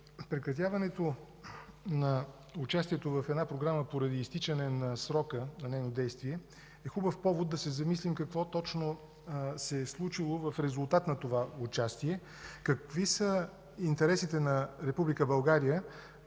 прекратяването на участието в една програма поради изтичане на срока на нейно действие е хубав повод да се замислим какво точно се е случило в резултат на това участие, какви са интересите на Република